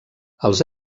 els